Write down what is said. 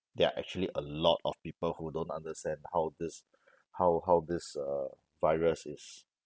there are actually a lot of people who don't understand how this how how this uh virus is